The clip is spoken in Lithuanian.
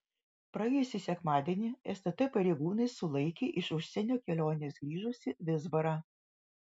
praėjusį sekmadienį stt pareigūnai sulaikė iš užsienio kelionės grįžusį vizbarą